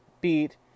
beat